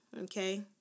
Okay